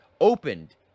opened